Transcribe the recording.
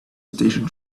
station